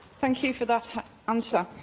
thank you for that answer.